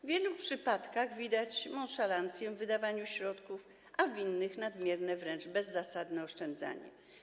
W wielu przypadkach widać nonszalancję w wydawaniu środków, a w innych nadmierne, wręcz bezzasadne oszczędzanie.